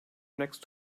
next